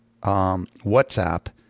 WhatsApp